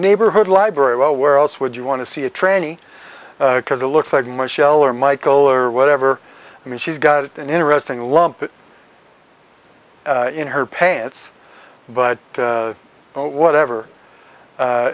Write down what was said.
neighborhood library well where else would you want to see a tranny because it looks like my shell or michael or whatever i mean she's got an interesting lump in her pants but whatever